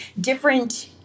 different